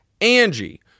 Angie